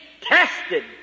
tested